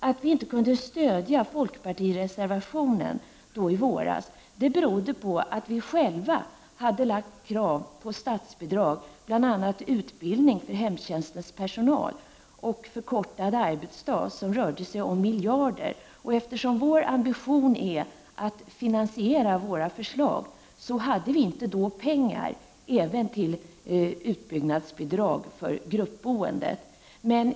Att vi inte kunde stödja folkpartiets reservation i våras berodde på att vi själva hade krav på statsbidrag, bl.a. till utbildning för hemtjänstens personal och till förkortad arbetsdag. Det handlade om miljarder. Vår ambition är att finansiera våra förslag, och det fanns inte utrymme för utbyggnadsbidrag för gruppboende.